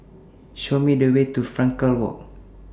Show Me The Way to Frankel Walk